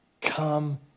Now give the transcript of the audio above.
come